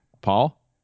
Paul